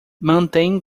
mantém